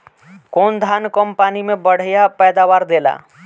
कौन धान कम पानी में बढ़या पैदावार देला?